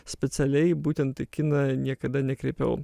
specialiai būtent į kiną niekada nekreipiau